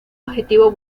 objetivo